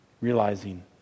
realizing